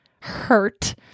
hurt